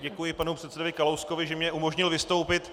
Děkuji panu předsedovi Kalouskovi, že mně umožnil vystoupit.